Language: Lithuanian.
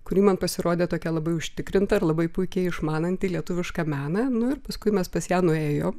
kuri man pasirodė tokia labai užtikrinta ir labai puikiai išmananti lietuvišką meną nu ir paskui mes pas ją nuėjom